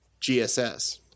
GSS